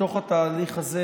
בתוך התהליך הזה,